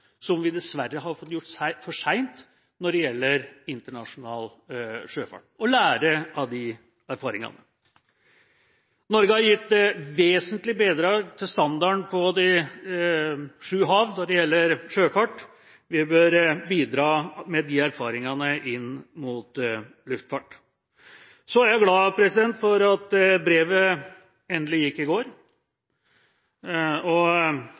som vi dessverre fikk gjort for sent for internasjonal sjøfart, og lære av de erfaringene. Norge har gitt vesentlige bidrag til standarden på de sju hav når det gjelder sjøfart. Vi bør bidra med de erfaringene inn mot luftfart. Så er jeg glad for at brevet endelig gikk i går.